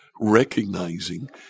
recognizing